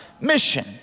mission